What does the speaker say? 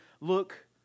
look